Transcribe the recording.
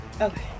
Okay